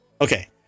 Okay